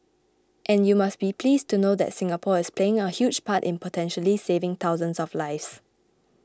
and you must be pleased to know that Singapore is playing a huge part in potentially saving thousands of lives